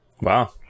Wow